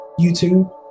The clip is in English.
youtube